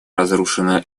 разрушена